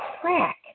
crack